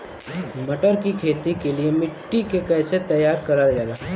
मटर की खेती के लिए मिट्टी के कैसे तैयार करल जाला?